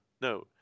No